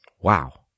Wow